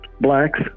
blacks